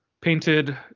painted